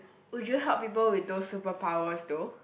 would you help people with those superpowers though